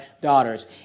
daughters